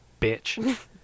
bitch